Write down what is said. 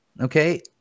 okay